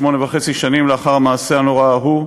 שמונה וחצי שנים לאחר המעשה הנורא ההוא.